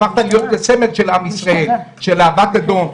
הפכת להיות סמל של עם ישראל, של אהבת אדם.